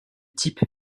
type